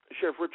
Sheriff